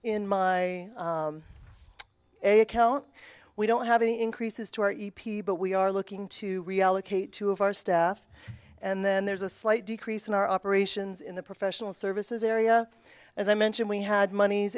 account we don't have any increases to our e p but we are looking to reallocate two of our staff and then there's a slight decrease in our operations in the professional services area as i mentioned we had mon